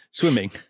Swimming